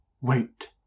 Wait